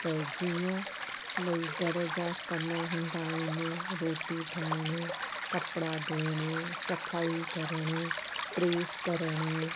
त जीअं भाई घर जा कमु हूंदा आहिनि रोटी ठाहिण कपिड़ा धोइणु सफ़ाई करणु प्रेस करणु